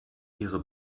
ihre